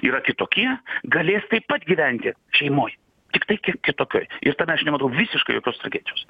yra kitokie galės taip pat gyventi šeimoj tiktai kiek kitokioj ir tame aš nematau visiškai jokios tragedijos